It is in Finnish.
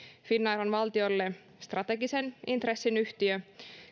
on valtiolle strategisen intressin yhtiö